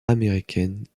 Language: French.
américaines